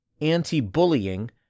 anti-bullying